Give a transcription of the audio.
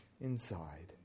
inside